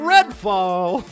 Redfall